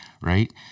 right